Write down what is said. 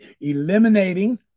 eliminating